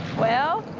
well.